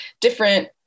different